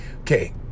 okay